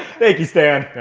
thank you stan.